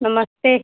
नमस्ते